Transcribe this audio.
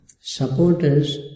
supporters